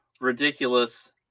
ridiculous